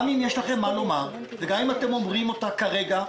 גם אם יש לכם מה לומר וגם אם אתם אומרים את הדברים כרגע,